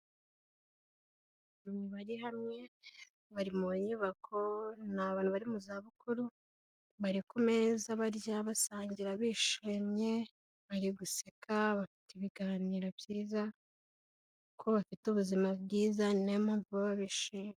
Abantu bari hamwe, bari mu nyubako ni abantu bari mu zabukuru, bari ku meza barya, basangira, bishimye bari guseka bafite ibiganiro byiza kuko bafite ubuzima bwiza niyo mpamvu baba bishimye.